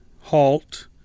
halt